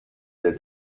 der